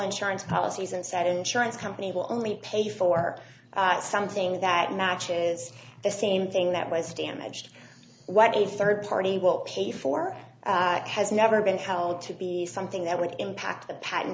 insurance policies and said insurance company will only pay for something that matches the same thing that was damaged what a third party will pay for has never been held to be something that would impact the patent